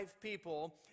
people